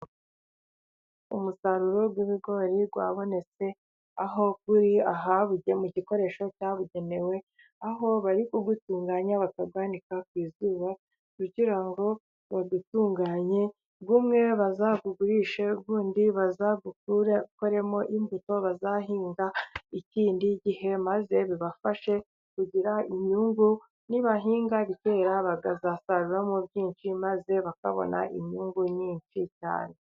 Umusaruro w'ibigori wabonetse, aho uri ahabuge mu gikoresho cyabugenewe, aho bari kuwutunganya, bakawanika ku izuba, kugira ngo bawutunganye, umwe bazawugurishe undi bazawukuremo imbuto bazahinga ikindi gihe, maze bibafashe kugira inyungu, nibahinga bikera bagazasaruramo byinshi, maze bakabona inyungu nyinshi cyane.